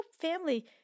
family